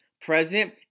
present